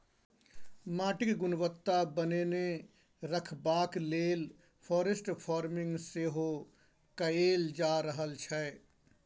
माटिक गुणवत्ता बनेने रखबाक लेल फॉरेस्ट फार्मिंग सेहो कएल जा रहल छै